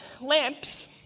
lamps